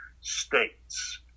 states